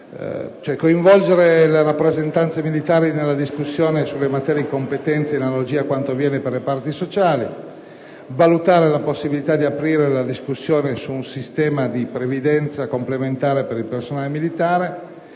a: coinvolgere le rappresentanze militari nella discussione sulle materie di competenza in analogia a quanto avviene per le parti sociali; valutare la possibilità di aprire la discussione su un sistema di previdenza complementare per il personale militare;